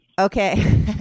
Okay